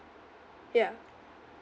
ya